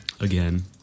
Again